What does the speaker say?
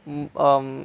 mm um